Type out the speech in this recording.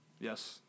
Yes